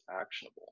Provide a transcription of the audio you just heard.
actionable